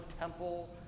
temple